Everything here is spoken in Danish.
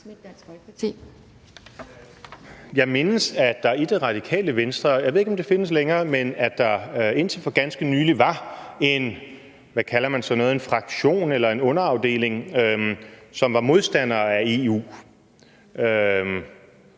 Jeg mindes, at der i Det Radikale Venstre, og jeg ved ikke, om det findes længere, indtil for ganske nylig var – hvad kalder man sådan noget – en fraktion eller en underafdeling, som var modstandere af EU.